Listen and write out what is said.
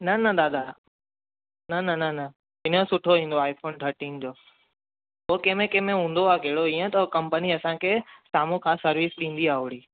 न न दादा न न न न हिन जो सुठो ईंदो आई फ़ोन थर्टीन जो हो कंहिंमें कंहिंमें हूंदो आहे कहिड़ो ईअं त कंपनी असांखे साम्हूं खां सर्विस ॾींदी आहे ओड़ी